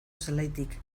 zelaitik